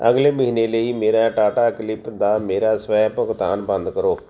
ਅਗਲੇ ਮਹੀਨੇ ਲਈ ਮੇਰਾ ਟਾਟਾ ਕਲਿਕ ਦਾ ਮੇਰਾ ਸਵੈ ਭੁਗਤਾਨ ਬੰਦ ਕਰੋ